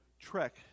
trek